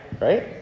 right